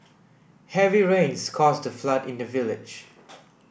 heavy rains caused a flood in the village